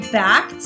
back